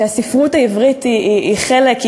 שהספרות העברית היא חלק,